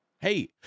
Hey